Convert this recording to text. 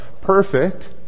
perfect